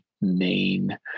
main